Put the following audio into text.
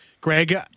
Greg